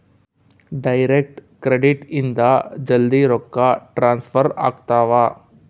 direct credit ಇಂದ ಜಲ್ದೀ ರೊಕ್ಕ ಟ್ರಾನ್ಸ್ಫರ್ ಆಗ್ತಾವ